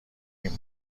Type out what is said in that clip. این